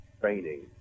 training